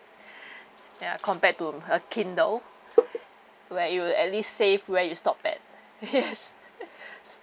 ya compared to a kindle where it will at least save where you stop at yes